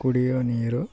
ಕುಡಿಯುವ ನೀರು